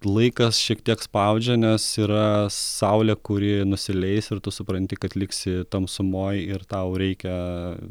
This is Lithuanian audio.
laikas šiek tiek spaudžia nes yra saulė kuri nusileis ir tu supranti kad liksi tamsumoj ir tau reikia